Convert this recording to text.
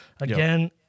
Again